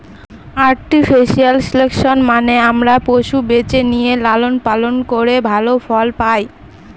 artificial selection মানে আমরা পশু বেছে নিয়ে লালন পালন করে ভালো ফল পায়